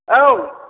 औ